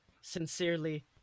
Sincerely